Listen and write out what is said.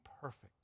perfect